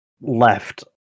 left